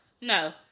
no